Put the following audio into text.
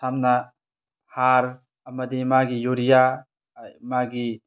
ꯁꯝꯅ ꯍꯥꯔ ꯑꯃꯗꯤ ꯃꯥꯒꯤ ꯌꯨꯔꯤꯌꯥ ꯃꯥꯒꯤ